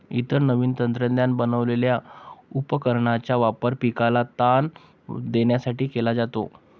इतर नवीन तंत्राने बनवलेल्या उपकरणांचा वापर पिकाला ताण देण्यासाठी केला जातो